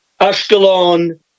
Ashkelon